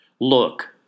Look